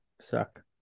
suck